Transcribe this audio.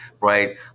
right